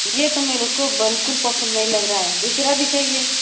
ये तो बिल्कुल बिल्कुल पसंद नहीं लग रहा है दूसरा दिखाइये